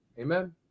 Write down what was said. Amen